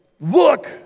look